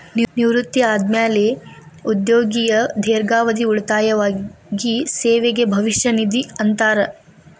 ನಿವೃತ್ತಿ ಆದ್ಮ್ಯಾಲೆ ಉದ್ಯೋಗಿಯ ದೇರ್ಘಾವಧಿ ಉಳಿತಾಯವಾಗಿ ಸೇವೆಗೆ ಭವಿಷ್ಯ ನಿಧಿ ಅಂತಾರ